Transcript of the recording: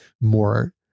more